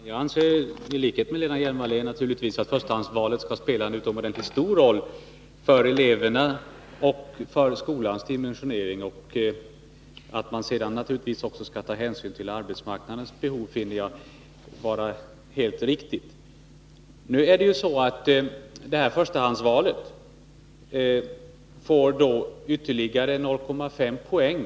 Herr talman! I likhet med Lena Hjelm-Wallén anser jag att förstahandsvalet naturligtvis skall spela en utomordentligt stor roll för eleverna och för skolans dimensionering. Att man sedan också skall ta hänsyn till arbetsmarknadens behov finner jag helt riktigt. Nu är det så att förstahandsvalet får ytterligare 0,5 poäng.